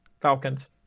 Falcons